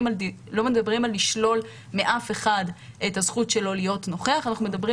מדברים על לשלול מאף אחד את הזכות שלו להיות נוכח אלא מדברים